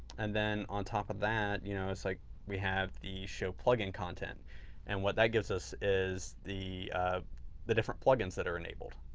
and then on top of that you know it's like we have the show plugin content and what that gives us is the the different plugins that are enabled.